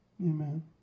Amen